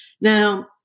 Now